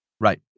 Right